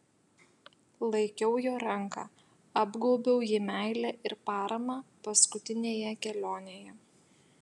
laikiau jo ranką apgaubiau jį meile ir parama paskutinėje kelionėje